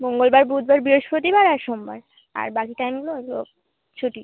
মঙ্গলবার বুধবার বৃহস্পতিবার আর সোমবার আর বাকি টাইমগুলো ওগুলো ছুটি